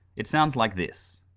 it sounds like this.